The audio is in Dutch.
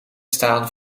staan